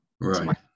Right